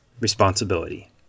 Responsibility